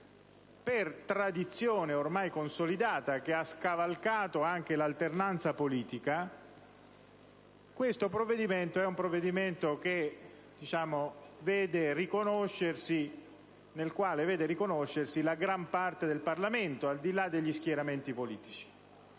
Per tradizione ormai consolidata, che ha scavalcato anche l'alternanza politica, in questo provvedimento si riconosce la gran parte del Parlamento, al di là degli schieramenti politici.